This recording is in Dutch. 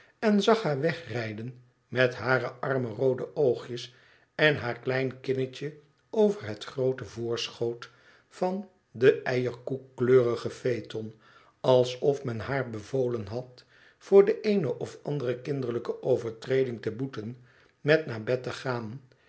en zag haar wegrijden met hare arme roode oogjes en haar klein kinnetje over het groote voorschoot van den eierkoekkleurigen phaeton alsof men haar bevolen had voor de eene of andere kinderlijke overtreding te boeten met naar bed te gaan